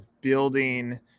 building